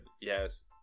Yes